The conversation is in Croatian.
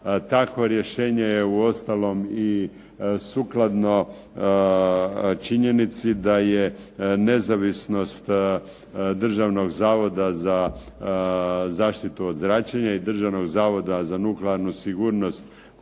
Takvo rješenje je uostalom i sukladno činjenici da je nezavisnost Državnog zavoda za zaštitu od zračenja i Državnog zavoda za nuklearnu sigurnost,